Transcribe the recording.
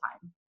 time